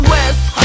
West